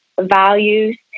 values